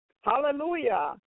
Hallelujah